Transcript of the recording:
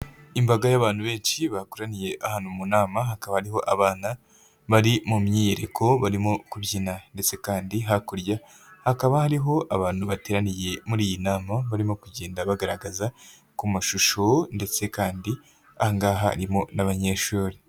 Imbaga y'abantu benshi bakoraniye ahantu mu nama, hakaba hariho abana bari mu myiyereko barimo kubyina ndetse kandi hakurya hakaba hariho abantu bateraniye muri iyi nama barimo kugenda bagaragaza ku mashusho ndetse kandi ahangaha harimo n'abanyeshuri.